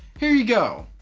here you go!